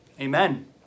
amen